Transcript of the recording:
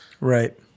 Right